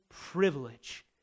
privilege